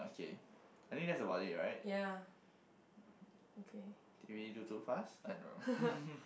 ya okay